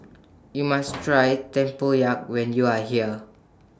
YOU must Try Tempoyak when YOU Are here